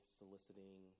soliciting